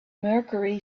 mercury